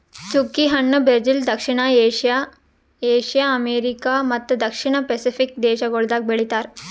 ಚ್ಚುಕಿ ಹಣ್ಣ ಬ್ರೆಜಿಲ್, ದಕ್ಷಿಣ ಏಷ್ಯಾ, ಏಷ್ಯಾ, ಅಮೆರಿಕಾ ಮತ್ತ ದಕ್ಷಿಣ ಪೆಸಿಫಿಕ್ ದೇಶಗೊಳ್ದಾಗ್ ಬೆಳಿತಾರ್